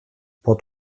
port